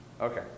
Okay